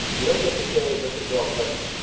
you don't get to say, this is the wrong question.